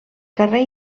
carrer